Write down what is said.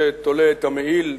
זה תולה את המעיל,